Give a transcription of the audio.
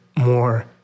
more